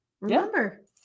Remember